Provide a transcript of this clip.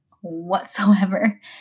whatsoever